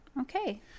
Okay